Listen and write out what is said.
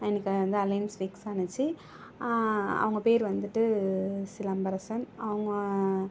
எனக்கு வந்து alliance fix ஆணுச்சு அவங்கள் பேர் வந்துட்டு சிலம்பரசன் அவங்கள்